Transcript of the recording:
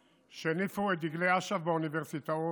שהניפו את דגלי אש"ף באוניברסיטאות,